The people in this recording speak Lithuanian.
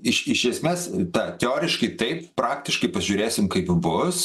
iš iš esmės ta teoriškai taip praktiškai pažiūrėsim kaip bus